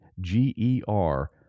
G-E-R